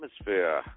atmosphere